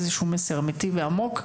איזשהו מסר אמיתי ועמוק,